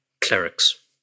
clerics